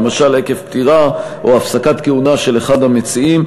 למשל עקב פטירה או הפסקת כהונה של אחד המציעים,